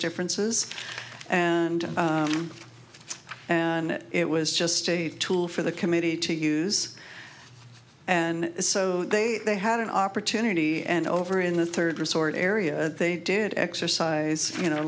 differences and it was just a tool for the committee to use and so they they had an opportunity and over in the third resort area they did exercise you know